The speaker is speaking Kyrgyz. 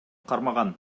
кармаган